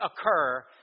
occur